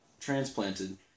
transplanted